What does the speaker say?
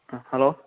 hello